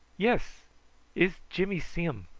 yes iss jimmy see um.